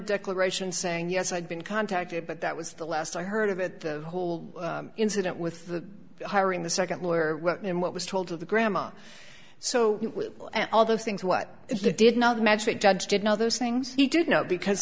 declaration saying yes i'd been contacted but that was the last i heard of it the whole incident with the hiring the second lawyer and what was told to the grandma so all those things what if they did not match that judge did know those things he did know because